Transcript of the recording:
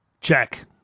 Check